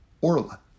Orla